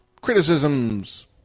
criticisms